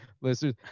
listeners